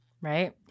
Right